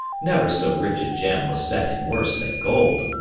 never so rich a gem was set in worse than gold.